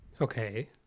Okay